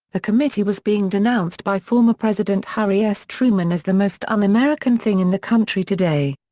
the committee was being denounced by former president harry s. truman as the most un-american thing in the country today.